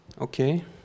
Okay